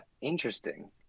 Interesting